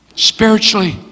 spiritually